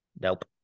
Nope